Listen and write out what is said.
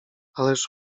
ależ